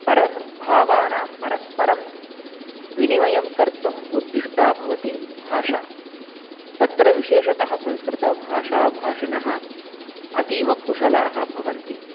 पर भावानां परस्परं विनिमयं कर्तुम् उद्दिष्टा भवति भाषा तत्र विशेषतः संस्कृतभाषाभाषिणः अतीव कुशलाः भवन्ति